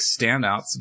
standouts